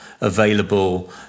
available